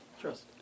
trust